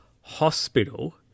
hospital